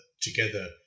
together